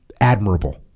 admirable